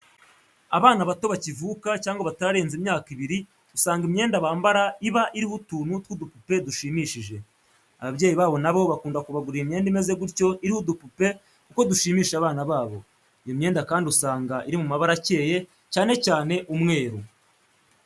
Abana bato bakivuka cyangwa batararenza imyaka ibiri usanga imyenda bambara iba iriho utuntu tw'udupupe dushimishije, ababyeyi babo nabo bakunda kubagurira imyenda imeze gutyo iriho udupupe kuko dushimisha abana babo. Iyo myenda kandi usanga iri mu mabara acyeye cyane cyane umweru.